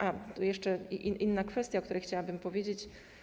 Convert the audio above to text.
A, jeszcze inna kwestia, o której chciałabym powiedzieć.